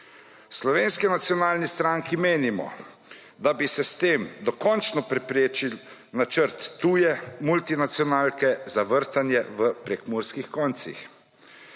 Slovenski nacionalni stranki menimo, da bi se s tem dokončno preprečil načrt tuje multinacionalke za vrtanje v prekmurskih koncih.